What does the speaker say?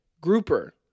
Grouper